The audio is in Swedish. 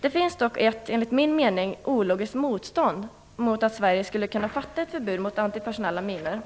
Det finns dock ett, enligt min mening, ologiskt motstånd mot att det i Sverige skulle kunna fattas ett beslut om förbud mot antipersonella minor.